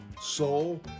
soul